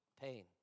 pain